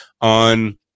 on